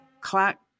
clack